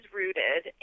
rooted